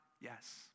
Yes